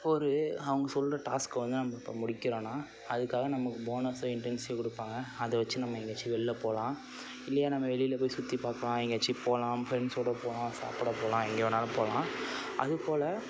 ஒரு அவங்க சொல்கிற டாஸ்க்கை வந்து நம்ம இப்போ முடிக்கிறோன்னால் அதுக்காக நமக்கு போனஸோ இன்டென்சிவ் கொடுப்பாங்க அதை வச்சு நம்ம எங்கேயாச்சும் வெளில போகலாம் இல்லையா நம்ம வெளியில் போய் சுற்றி பார்க்கலாம் எங்கேயாச்சும் போகலாம் ஃப்ரெண்ஸோடு போகலாம் சாப்பிட போகலாம் எங்கே வேணாலும் போகலாம் அதுபோல்